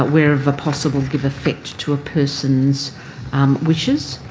ah wherever possible, give effect to a person's um wishes,